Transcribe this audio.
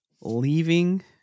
Leaving